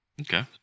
Okay